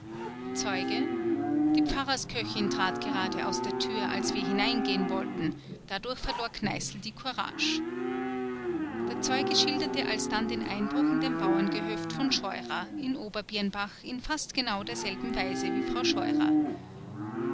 zeuge die pfarrersköchin trat gerade aus der tür als wir hineingehen wollten dadurch verlor kneißl die courag der zeuge schilderte alsdann den einbruch in dem bauerngehöft von scheurer in oberbirnbach in fast genau derselben weise wie frau scheurer